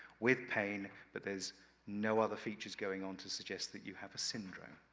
with pain, but there's no other features going on to suggest that you have syndrome.